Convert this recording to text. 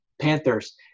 Panthers